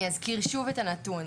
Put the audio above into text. אני אזכיר שוב את הנתון,